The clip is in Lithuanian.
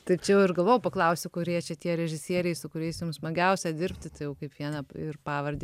tai čia jau ir galvojau paklausiu kurie čia tie režisieriai su kuriais jums smagiausia dirbti tai jau kaip vieną ir pavardę